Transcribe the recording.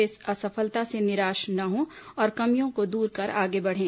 वे असफलता से निराश न हों और कमियों को दूर कर आगे बढ़ें